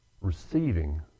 receiving